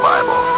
Bible